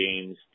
games